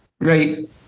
Right